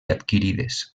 adquirides